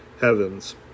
heavens